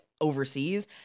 overseas